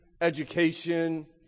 education